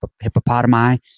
hippopotami